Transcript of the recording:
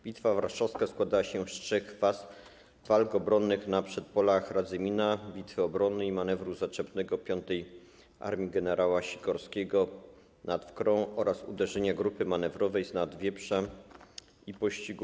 Bitwa Warszawska składała się z trzech faz: walk obronnych na przedpolach Radzymina, bitwy obronnej i manewru zaczepnego 5. armii gen. Sikorskiego nad Wkrą oraz uderzenia grupy manewrowej znad Wieprza i pościgu.